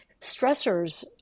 stressors